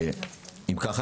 אם כך,